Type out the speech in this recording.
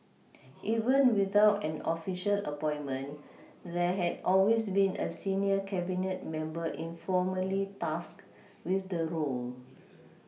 even without an official appointment there had always been a senior Cabinet member informally tasked with the role